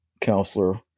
counselor